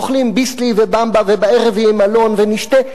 אוכלים "ביסלי" ו"במבה" ובערב יהיה מלון ונשתה.